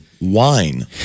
wine